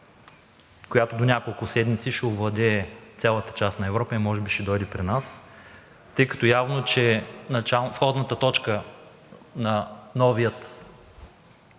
която до няколко седмици ще овладее цялата част на Европа и може би ще дойде при нас. Тъй като явно входната точка на новия